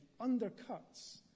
undercuts